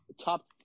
top